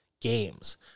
games